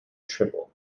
triple